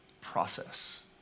process